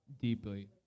Deeply